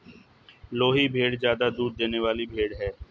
लोही भेड़ ज्यादा दूध देने वाली भेड़ है